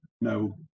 no